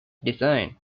design